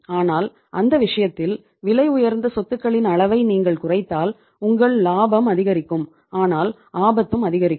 ஆனால் அந்த விஷயத்தில் விலையுயர்ந்த சொத்துகளின் அளவை நீங்கள் குறைத்தால் உங்கள் லாபம் அதிகரிக்கும் ஆனால் ஆபத்தும் அதிகரிக்கும்